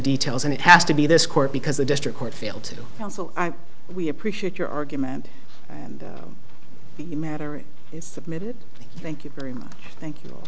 details and it has to be this court because the district court failed to counsel we appreciate your argument and the matter is submitted thank you very much thank you